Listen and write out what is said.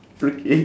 okay